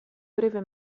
breve